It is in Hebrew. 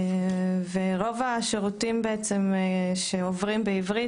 רוב השירותים שעוברים בעברית,